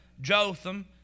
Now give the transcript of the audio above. Jotham